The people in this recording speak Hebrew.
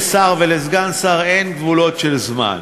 לשר ולסגן שר אין גבולות של זמן.